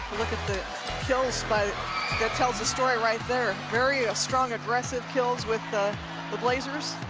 look at the kills by that tells the story right there very strong, aggressive kills with the the blazers